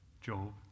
Job